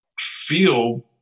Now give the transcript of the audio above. feel